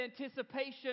anticipation